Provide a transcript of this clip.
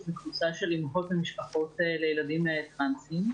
שזו קבוצה של אימהות ומשפחות של ילדים טרנסים.